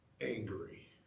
angry